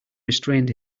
restrained